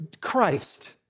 Christ